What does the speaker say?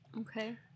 Okay